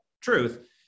truth